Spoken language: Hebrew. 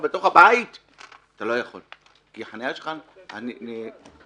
בבית ואתה לא יכול כי החניה שלך נתפסה.